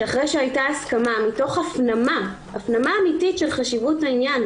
שאחרי שהייתה הסכמה מתוך הפנמה אמיתית של חשיבות העניין,